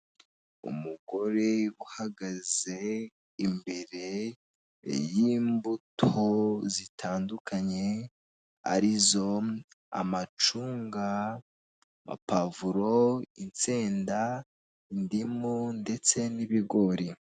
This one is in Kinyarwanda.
Umugore uhagaze imbere y'imbuto zitandukanye arizo amacunga, amapavuro, insenda, indimu ndetse n'ibigori.